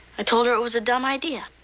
i told her it was a dumb idea.